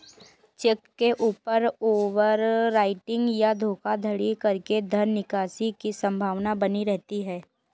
check के ऊपर overwriting या धोखाधड़ी करके धन निकासी की संभावना बनी रहती है